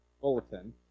bulletin